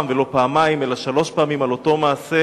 ולא פעמיים אלא שלוש פעמים על אותו מעשה.